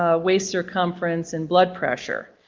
ah waist circumference, and blood pressure.